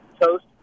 toast